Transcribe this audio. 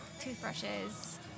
toothbrushes